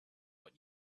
what